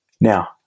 Now